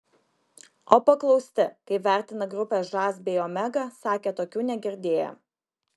o paklausti kaip vertina grupes žas bei omega sakė tokių negirdėję